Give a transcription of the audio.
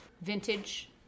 vintage